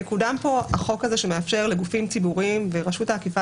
מקודם כאן החוק הזה שמאפשר לגופים ציבוריים - ורשות האכיפה